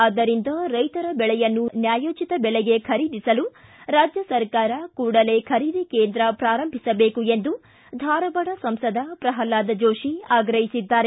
ಆದ್ದರಿಂದ ರೈತರ ಬೆಳೆಯನ್ನು ನ್ಮಾಯಯೋಚಿತ ಬೆಲೆಗೆ ಖರೀದಿಸಲು ರಾಜ್ಯ ಸರ್ಕಾರ ಕೂಡಲೇ ಖರೀದಿ ಕೇಂದ್ರ ಪ್ರಾರಂಭಿಸಬೇಕು ಎಂದು ಧಾರವಾಡ ಸಂಸದ ಪ್ರಹ್ಲಾದ್ ಜೋಶಿ ಆಗ್ರಹಿಸಿದ್ದಾರೆ